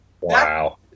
Wow